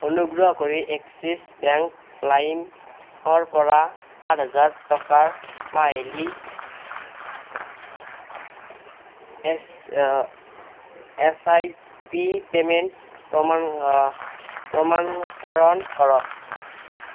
অনুগ্ৰহ কৰি Axis bank লাইমৰ পৰা আঠ হাজাৰ টকাৰ মাহিলী S S I P payment প্ৰমাণ প্ৰমাণকৰণ কৰক